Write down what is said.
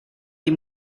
die